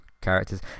characters